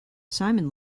simon